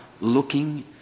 looking